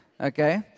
okay